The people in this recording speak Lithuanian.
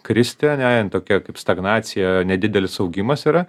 kristi ane jin tokia kaip stagnacija nedidelis augimas yra